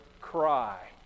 cry